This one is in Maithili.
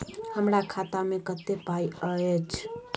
हमरा खाता में कत्ते पाई अएछ?